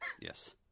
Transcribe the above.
yes